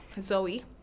Zoe